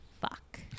fuck